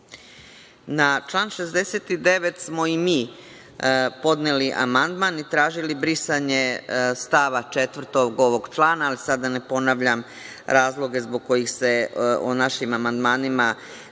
Na član 69. smo i mi podneli amandman i tražili brisanje stava 4. ovog člana, a da sada ne ponavljam razloge zbog kojih se o našim amandmanima ne